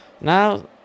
now